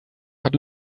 hat